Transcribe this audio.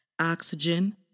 Oxygen